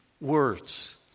words